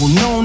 no